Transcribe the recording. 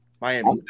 Miami